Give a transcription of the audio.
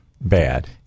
bad